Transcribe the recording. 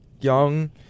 young